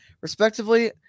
respectively